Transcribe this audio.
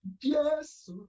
Yes